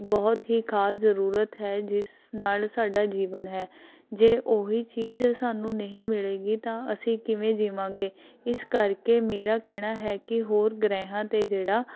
ਬਹੁਤ ਹੀ ਖਾਸ ਜ਼ਰੂਰਤ ਹੈ ਜਿਸ ਨਾਲ ਸਾਡਾ ਜੀਵਨ ਹੇੈ ਜੇ ਉਹੀ ਚੀਜ਼ ਸਾਨੂੰ ਨਹੀਂ ਮਿਲੇਗੀ ਤਾਂ ਅਸੀਂ ਕਿਵੇਂ ਜੀਵਾਂਗੇ ਇਸ ਕਰਕੇ ਮੇਰਾ ਕਹਿਣਾ ਹੈ ਕਿ ਹੋਰ ਗ੍ਰਹਿਆਂ 'ਤੇ ਜਿਹੜਾ